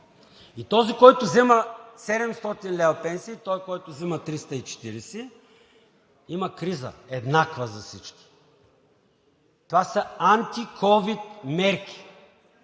и този, който взема 700 лв. пенсия, и онзи, който взема 340 лв. – има криза, еднаква за всички. Това са антиковид мерки